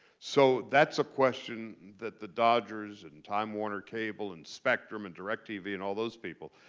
so that's a question that the dodgers, and time warner cable, and spectrum, and directv, and all those people,